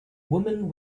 woman